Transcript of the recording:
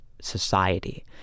society